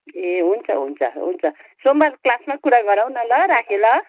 ए हुन्छ हुन्छ हुन्छ सोमवार क्लासमा कुरा गरौँ न ल राखे ल